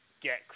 Get